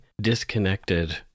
disconnected